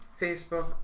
Facebook